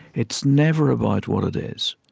it's never about what it is,